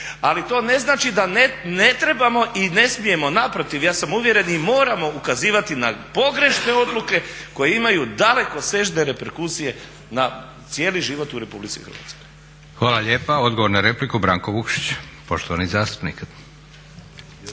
ali to ne znači da ne trebamo i ne smijemo, naprotiv, ja sam uvjeren i moramo ukazivati na pogrešne odluke koje imaju dalekosežne reperkusije na cijeli život u Republici Hrvatskoj. **Leko, Josip (SDP)** Hvala lijepa. Odgovor na repliku Branko Vukšić, poštovani zastupnik.